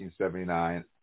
1979